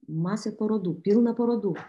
masė parodų pilna parodų